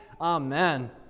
Amen